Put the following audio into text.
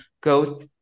go